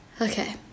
okay